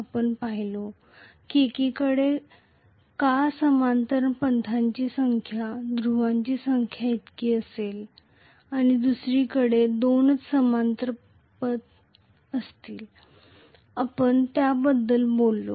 आपण म्हणालो की एकाकडे समानांतर पथांची संख्या ध्रुवांची संख्या इतकी का असेल आणि दुसऱ्याकडे दोनच समांतर पथ असतील आपण त्याबद्दल बोललो